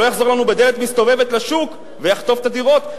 שלא יחזור לנו בדלת מסתובבת לשוק ויחטוף את הדירות.